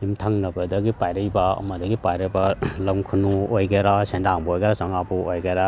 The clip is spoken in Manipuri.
ꯌꯨꯝꯊꯪꯅꯕꯗꯒꯤ ꯄꯥꯏꯔꯛꯏꯕ ꯑꯃꯗꯒꯤ ꯄꯥꯏꯔꯛꯏꯕ ꯂꯝ ꯈꯨꯅꯨ ꯑꯣꯏꯒꯦꯔꯥ ꯁꯦꯟꯗꯥꯡꯕꯨ ꯑꯣꯏꯒꯦꯔꯥ ꯆꯣꯉꯥꯕꯨ ꯑꯣꯏꯒꯦꯔꯥ